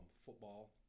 football